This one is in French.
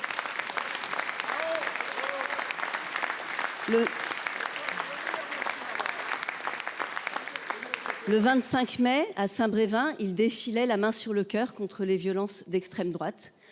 Le 25 mai à Brévin, il défilait la main sur le coeur contre les violences d'extrême droite.